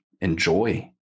enjoy